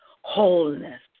wholeness